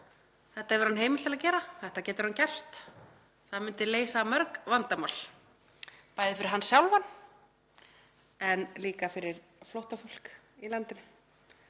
Þetta hefur hann heimild til að gera, þetta getur hann gert og það myndi leysa mörg vandamál, bæði fyrir hann sjálfan en líka fyrir flóttafólk í landinu